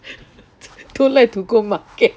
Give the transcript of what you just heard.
don't like to go market